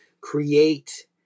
create